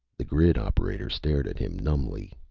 the grid operator stared at him numbly.